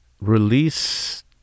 release